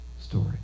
story